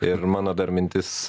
ir mano dar mintis